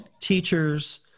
teachers